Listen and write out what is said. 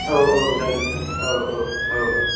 औ औ जागोन सार औ औ औ